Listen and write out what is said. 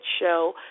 show